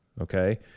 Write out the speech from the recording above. Okay